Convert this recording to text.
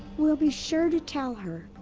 we'll be sure to tell her!